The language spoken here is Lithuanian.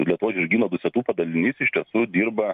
lietuvos žirgyno dusetų padalinys iš tiesų dirba